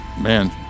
man